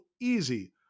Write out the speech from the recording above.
easy